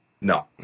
No